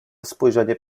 spojrzenie